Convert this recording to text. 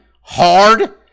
hard